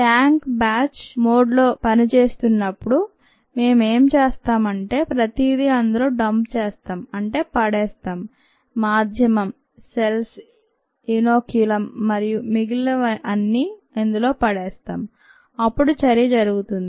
tank batch mode లో పనిచేస్తున్నప్పుడు మేము ఏం చేస్తామంటే ప్రతిదీ అందులో డంప్ చేస్తాం అంటే పడేస్తాం మాధ్యమం సెల్స్ ఇనోక్యులం మరియు మిగిలినవి అన్నీ అందులో పడేస్తాం అప్పుడు చర్య జరుగుతుంది